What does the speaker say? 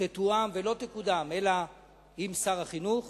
תתואם ולא תקודם אלא עם שר החינוך